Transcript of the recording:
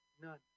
None